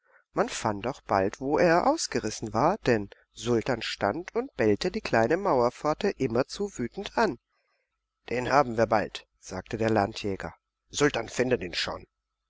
man fand auch bald wo er ausgerissen war denn sultan stand und bellte die kleine mauerpforte immerzu wütend an den haben wir bald sagte der landjäger sultan findet ihn schon